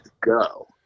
go